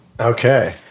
Okay